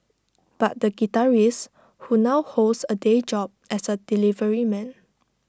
but the guitarist who now holds A day job as A delivery man